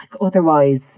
otherwise